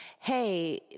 hey